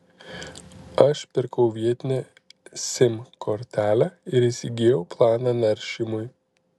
aš pirkau vietinę sim kortelę ir įsigijau planą naršymui